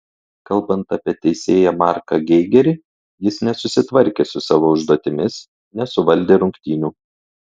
kalbant apie teisėją marką geigerį jis nesusitvarkė su savo užduotimis nesuvaldė rungtynių